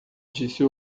disse